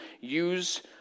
use